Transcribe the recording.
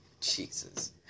Jesus